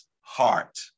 heart